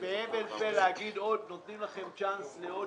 בהבל פה יכלו להגיד שנותנים להם צ'אנס לעוד